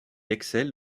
excelle